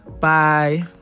Bye